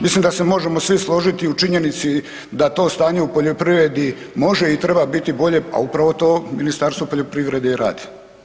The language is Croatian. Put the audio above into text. Mislim da se možemo svi složiti u činjenici da to stanje u poljoprivredi može i treba biti bolje, a upravo to Ministarstvo poljoprivrede i radi.